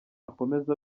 akomeza